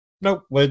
nope